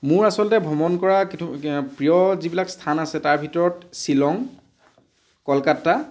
মোৰ আচলতে ভ্ৰমণ কৰা প্ৰিয় যিবিলাক স্থান আছে তাৰ ভিতৰত শ্বিলং কলকাতা